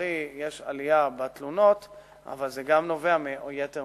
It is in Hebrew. ולצערי יש עלייה במספר התלונות,